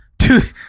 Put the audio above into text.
Dude